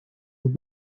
will